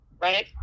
right